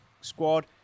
squad